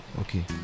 okay